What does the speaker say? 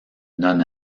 non